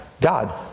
God